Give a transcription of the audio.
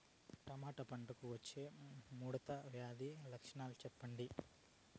Tomato పంటకు వచ్చే ముడత వ్యాధి లక్షణాలు చెప్పండి?